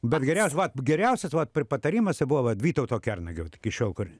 bet geriausia vat geriausias patarimas tai buvo vytauto kernagio iki šiol kur